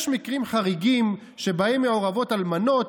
יש מקרים חריגים שבהם מעורבות אלמנות